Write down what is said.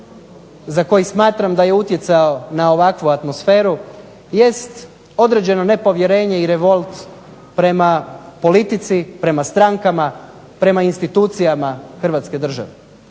za koji smatram da je utjecao na ovakvu atmosferu jest određeno nepovjerenje i revolt prema politici prama strankama, prema institucijama Hrvatske države.